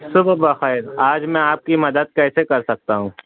صبح بخیر آج میں آپ کی مدد کیسے کرسکتا ہوں